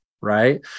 right